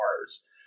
cars